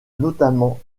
notamment